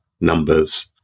numbers